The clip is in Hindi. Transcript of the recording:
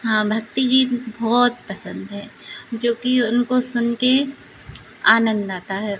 हाँ भक्ति गीत बहुत पसन्द है जोकि उनको सुनकर आनन्द आता है